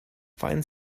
find